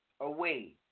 away